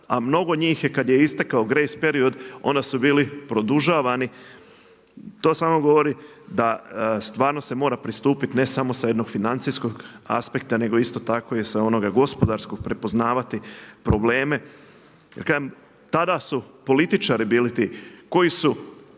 A mnogo njih je kad je istekao grace period onda su bili produžavani. To samo govori da stvarno se mora pristupiti ne samo sa jednog financijskog aspekta, nego isto tako i sa onoga gospodarskog prepoznavati probleme. Jer kažem tada su političari bili ti koji su